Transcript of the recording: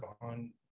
on